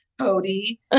Cody